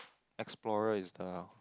explorer is a